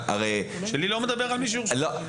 שלי לא מדבר על מי שהורשע.